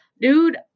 dude